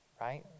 right